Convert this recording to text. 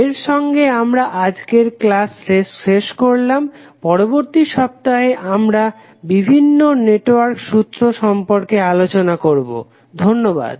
এর সঙ্গে আমরা আজকের ক্লাস শেষ করলাম পরবর্তী সপ্তাহে আমরা বিভিন্ন নেটওয়ার্ক সূত্র সম্পর্কে আলোচনা করবো ধন্যবাদ